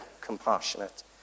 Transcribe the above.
compassionate